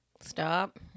Stop